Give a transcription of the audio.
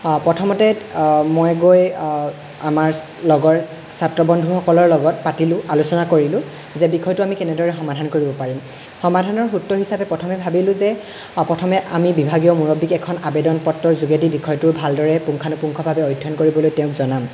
প্ৰথমতে মই গৈ আমাৰ লগৰ ছাত্ৰবন্ধুসকলৰ লগত পাতিলোঁ আলোচনা কৰিলোঁ যে বিষয়টো আমি কেনেদৰে সমাধান কৰিব পাৰিম সমাধানৰ সূত্ৰ হিচাপে প্ৰথমে ভাবিলোঁ যে প্ৰথমে আমি বিভাগীয় মুৰব্বীক এখন আবেদন পত্ৰৰ যোগেদি বিষয়টো ভালদৰে পুংখানুপুংখভাৱে অধ্যয়ন কৰিবলৈ তেওঁক জনাম